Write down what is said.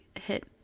hit